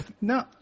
No